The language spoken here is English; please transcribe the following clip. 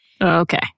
Okay